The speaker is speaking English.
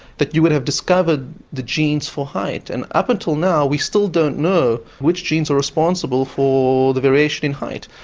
you would have discovered the genes for height. and up until now we still don't know which genes are responsible for the variation in height.